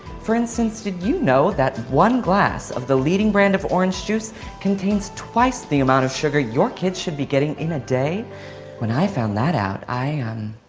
for instance. did you know that one glass of the leading brand of orange juice contains twice the amount of sugar? your kids should be getting in a day when i found that out. i am